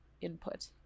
input